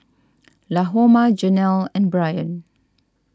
Lahoma Janelle and Brynn